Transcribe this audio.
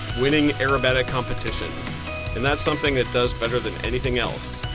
winning aerobatic competition and that's something that does better than anything else.